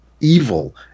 evil